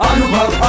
Anubhav